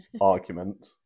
argument